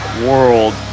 world